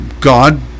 God